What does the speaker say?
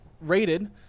Rated